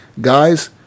Guys